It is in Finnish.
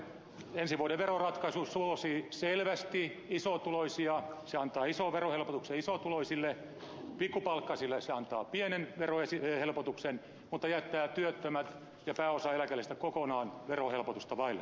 ensi vuoden veroratkaisu suosii selvästi isotuloisia se antaa ison verohelpotuksen isotuloisille pikkupalkkaisille se antaa pienen verohelpotuksen mutta jättää työttömät ja pääosan eläkeläisistä kokonaan verohelpotusta vaille